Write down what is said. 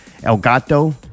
Elgato